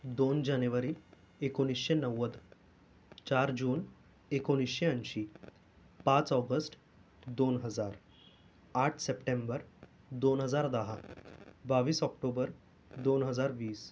दोन जानेवारी एकोणीसशे नव्वद चार जून एकोणीसशे ऐंशी पाच ऑगस्ट दोन हजार आठ सप्टेंबर दोन हजार दहा बावीस ऑक्टोबर दोन हजार वीस